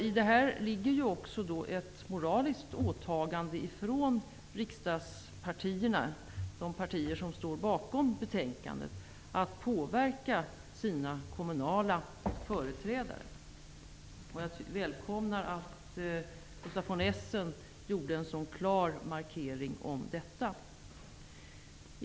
I detta ligger ett moraliskt åtagande från de partier som står bakom betänkandet att påverka sina kommunala företrädare. Jag välkomnar att Gustaf von Essen gjorde en klar markering angående detta.